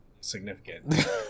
significant